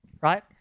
right